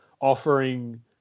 offering